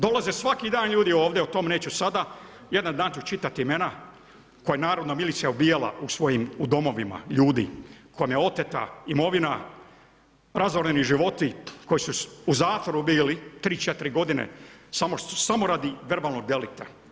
Dolaze svaki dan ljudi ovdje, o tome neću sada, jedan dan ću čitati imena, koja je narodna milicija ubijala u svojim domovima ljudi, kojemu je oteta imovina, razoreni životi, koji su u zatvoru bili, 3,4 g. samo radi verbalnog delikta.